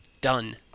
Done